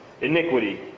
iniquity